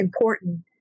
important